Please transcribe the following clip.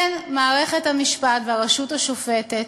כן, מערכת המשפט והרשות השופטת,